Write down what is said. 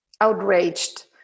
outraged